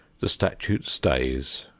the statute stays,